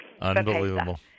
Unbelievable